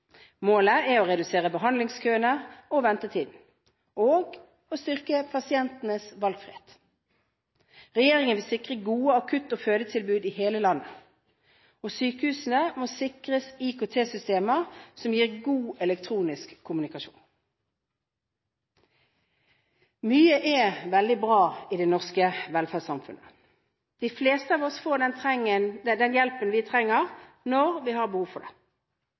Målet er å redusere behandlingskøene og ventetiden og å styrke pasientenes valgfrihet. Regjeringen vil sikre gode akutt- og fødetilbud i hele landet. Sykehusene må sikres IKT-systemer som gir god elektronisk kommunikasjon. Mye er veldig bra i det norske velferdssamfunnet. De fleste av oss får den hjelpen vi trenger når vi har behov for det.